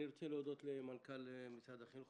אני רוצה להודות למנכ"ל משרד החינוך,